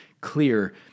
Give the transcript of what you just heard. clear